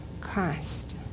Christ